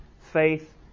faith